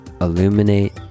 illuminate